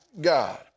God